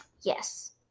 yes